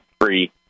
free